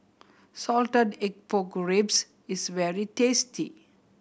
salted egg pork ribs is very tasty